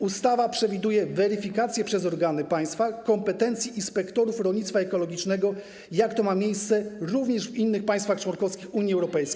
Ustawa przewiduje weryfikację przez organy państwa kompetencji inspektorów rolnictwa ekologicznego, tak jak to ma miejsce również w innych państwach członkowskich Unii Europejskiej.